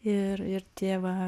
ir ir tie va